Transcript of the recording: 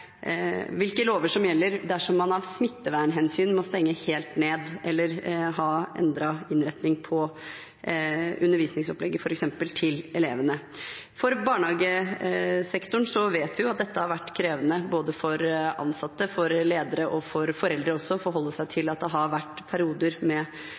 gjelder dersom man av smittevernhensyn må stenge helt ned eller f.eks. ha endret innretning på undervisningsopplegget til elevene. For barnehagesektoren vet vi at det har vært krevende både for ansatte, for ledere og for foreldre å forholde seg til at det har vært perioder med